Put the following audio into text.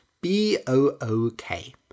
B-O-O-K